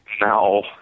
No